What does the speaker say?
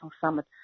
summit